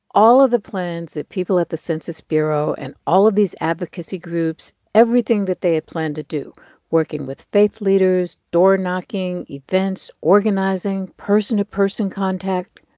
all of the plans that people at the census bureau and all of these advocacy groups, everything that they had planned to do working with faith leaders, doorknocking, events organizing, person-to-person contact.